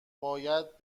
باید